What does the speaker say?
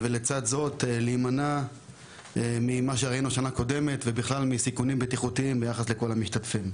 ולצד זאת להימנע ממה שראינו בשנה שעברה ומסיכונים בטיחותיים למשתתפים.